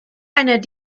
einer